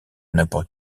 n’importe